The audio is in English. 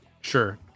Sure